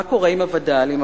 מה קורה עם הווד”לים?